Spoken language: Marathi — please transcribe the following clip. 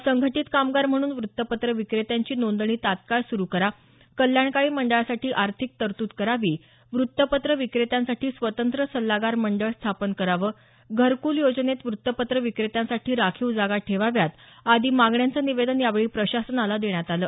असंघटीत कामगार म्हणून वृत्तपत्र विक्रेत्यांची नोंदणी तत्काळ स्रु करा कल्याणकारी मंडळासाठी आर्थिक तरतूद करावी वृत्तपत्र विक्रेत्यांसाठी स्वतंत्र सल्लागार मंडळ स्थापन करावं घरक्ल योजनेत वृतपत्र विक्रेत्यांसाठी राखीव जागा ठेवाव्या आदी मागण्यांचं निवेदन यावेळी प्रशासनाला देण्यात आलं